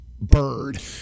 bird